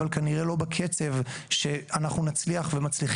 אבל כנראה לא בקצב שאנחנו נצליח ונצליח